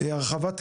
הרחבת תקנים,